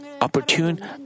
opportune